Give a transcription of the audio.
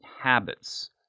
habits